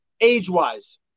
age-wise